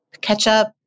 ketchup